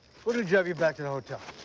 we'll just drive you back to the hotel.